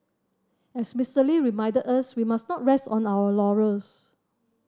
as Mister Lee reminded us we must not rest on our laurels